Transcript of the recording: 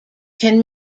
can